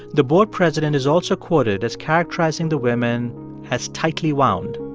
the board president is also quoted as characterizing the women as tightly wound.